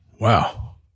Wow